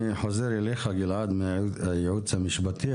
אני חוזר אליך גלעד מהייעוץ המשפטי,